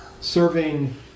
Serving